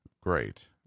great